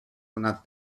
donat